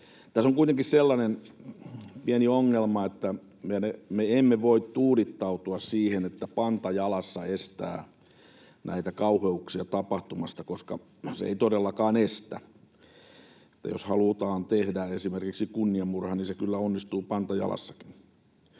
Tässä on kuitenkin sellainen pieni ongelma, että me emme voi tuudittautua siihen, että panta jalassa estää näitä kauheuksia tapahtumasta, koska se ei todellakaan estä. Jos halutaan tehdä esimerkiksi kunniamurha, niin se kyllä onnistuu panta jalassakin.